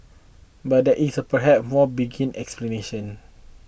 but there is perhaps more benign explanation